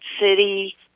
city